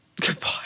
Goodbye